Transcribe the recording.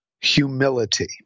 humility